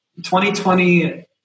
2020